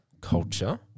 culture